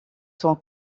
sont